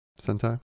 Sentai